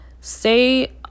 Stay